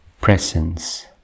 presence